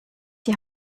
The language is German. die